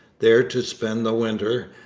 there to spend the winter,